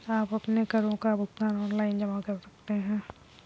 आप अपने करों का भुगतान ऑनलाइन जमा कर सकते हैं